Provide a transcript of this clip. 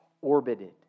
orbited